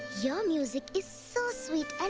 your music is so sweet and